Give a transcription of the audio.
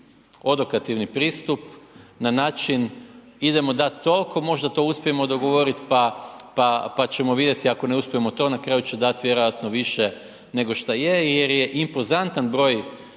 odokativni pristup na način idemo dati toliko možda to uspijemo dogovoriti pa ćemo vidjeti, ako ne uspijemo to na kraju će dati vjerojatno više nego šta je jer je impozantan broj